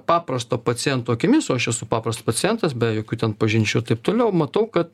paprasto paciento akimis o aš esu paprastas pacientas be jokių ten pažinčių taip toliau matau kad